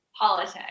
Politics